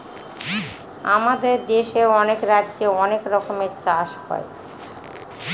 আমাদের দেশে অনেক রাজ্যে অনেক রকমের চাষ হয়